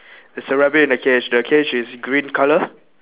there's a rabbit in a cage the cage is green colour